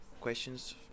questions